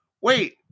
wait